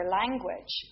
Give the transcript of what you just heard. language